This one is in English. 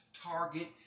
Target